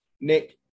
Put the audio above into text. Nick